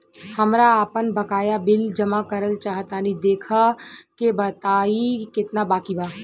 हमरा आपन बाकया बिल जमा करल चाह तनि देखऽ के बा ताई केतना बाकि बा?